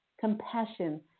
compassion